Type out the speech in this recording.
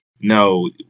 no